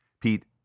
Pete